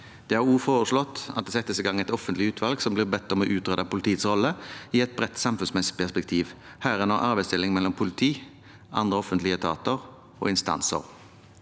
De har også foreslått at det settes i gang et offentlig utvalg som blir bedt om å utrede politiets rolle i et bredt samfunnsmessig perspektiv, herunder arbeidsdeling mellom politi og andre offentlige etater og instanser.